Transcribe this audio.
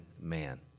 man